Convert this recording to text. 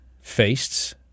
feasts